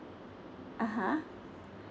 uh !huh!